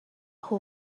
who